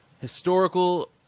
historical